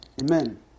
Amen